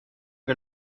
que